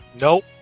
Nope